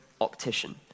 optician